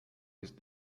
these